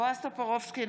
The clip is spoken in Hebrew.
בועז טופורובסקי,